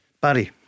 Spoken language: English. Barry